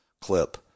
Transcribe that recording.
clip